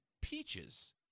peaches